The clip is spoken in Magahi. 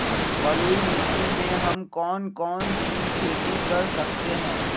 बलुई मिट्टी में हम कौन कौन सी खेती कर सकते हैँ?